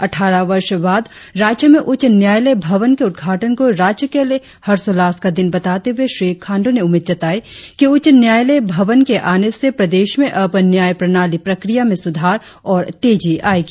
अठठारह वर्ष बाद राज्य में उच्च न्यायालय भवन का उद्घाटन को राज्य के लिए हर्षोल्लास का दिन बताते हुए श्री खांड्र ने उम्मीद जताई कि उच्च न्यायालय भवन के आने से प्रदेश में अब न्याय प्रणाली प्रक्रिया मे सुधार और तेजी आयेगी